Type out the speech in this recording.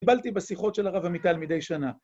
קיבלתי בשיחות של הרב עמיטל מדי שנה.